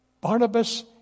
Barnabas